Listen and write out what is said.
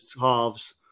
halves